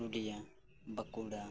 Purulia Bankura